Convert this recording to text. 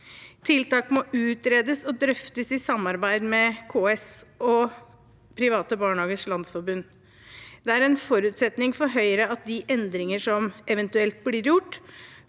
Tiltak må utredes og drøftes i samarbeid med KS og Private Barnehagers Landsforbund. Det er en forutsetning for Høyre at de endringer som eventuelt blir gjort,